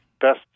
best